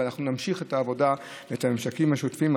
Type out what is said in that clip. אבל אנחנו נמשיך את העבודה ואת הממשקים השוטפים.